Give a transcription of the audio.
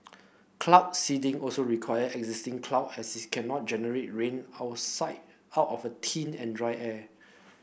cloud seeding also require existing cloud as it cannot generate rain outside out of a thin and dry air